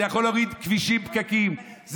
זה יכול להוריד פקקים בכבישים,